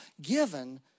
given